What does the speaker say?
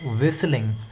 whistling